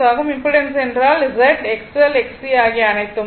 impedance என்றால் Z XL XC ஆகிய அனைத்தும் தான்